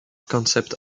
concept